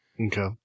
Okay